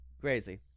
Crazy